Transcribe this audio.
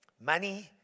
Money